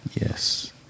Yes